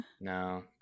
No